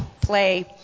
play